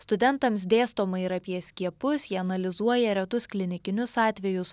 studentams dėstoma ir apie skiepus jie analizuoja retus klinikinius atvejus